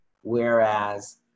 whereas